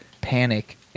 panic